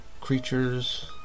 creatures